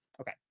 Okay